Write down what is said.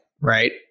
Right